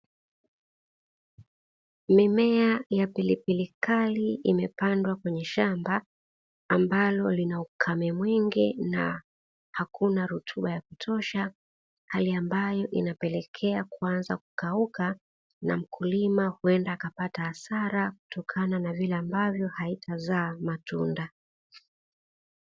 Mimea ya pilipili kali imepandwa kwenye shamba ambalo lina ukame mwingi na hakuna rutuba ya kutosha, hali ambayo inapelekea kuanza kukauka na mkulima huweza kupata hasara kutokana na kwamba haitazaa matunda.